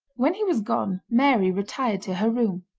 when he was gone mary retired to her room.